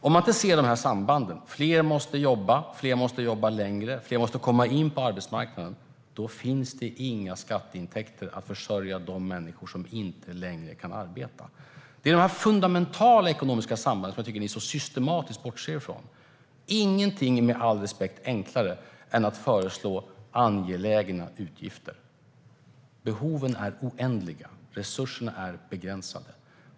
Om man inte ser sambanden med att fler måste jobba, fler måste jobba längre, fler måste komma in på arbetsmarknaden, då finns det inga skatteintäkter till att försörja de människor som inte längre kan arbeta. Det är dessa fundamentala ekonomiska samband som jag tycker att ni, Ulla Andersson, systematiskt bortser från. Ingenting är, med all respekt, enklare än att föreslå angelägna utgifter. Behoven är oändliga. Resurserna är begränsade.